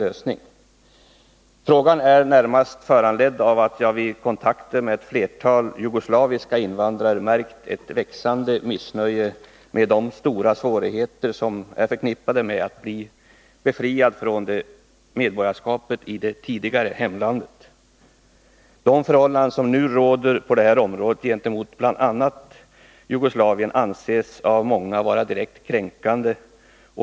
Min fråga är närmast föranledd av att jag vid kontakter med ett flertal jugoslaviska invandrare märkt ett växande missnöje med de stora svårigheter som är förknippade med möjligheten att bli befriad från medborgarskapet i det tidigare hemlandet. De förhållanden som på det här området nu råder gentemot bl.a. Jugoslavien anses av många vara direkt kränkande.